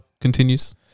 Continues